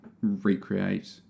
recreate